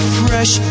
fresh